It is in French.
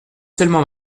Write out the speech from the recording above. seulement